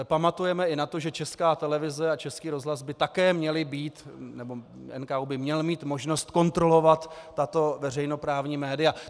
Pamatujeme i na to, že Česká televize a Český rozhlas by také měly být nebo NKÚ by měl mít možnost kontrolovat tato veřejnoprávní média.